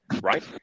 Right